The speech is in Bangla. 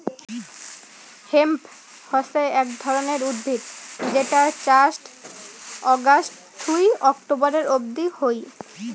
হেম্প হসে এক ধরণের উদ্ভিদ যেটার চাষ অগাস্ট থুই অক্টোবরের অব্দি হই